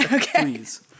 Please